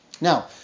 Now